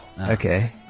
Okay